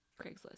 Craigslist